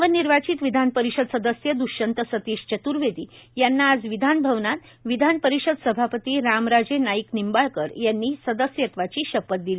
नवनिर्वाचित विधानपरिषद सदस्य दृष्यंत सतिश चतूर्वेदी यांना आज विधानभवनात विधानपरिषद सभापती रामराजे नाईक निंबाळकर यांनी सदस्यत्वाची शपथ दिली